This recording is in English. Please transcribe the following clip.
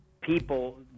people